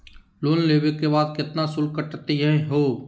Loan लेवे के बाद केतना शुल्क कटतही हो?